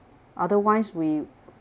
otherwise we